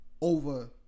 over